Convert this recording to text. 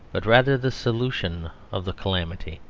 but rather the solution of the calamity.